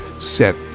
set